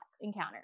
encounter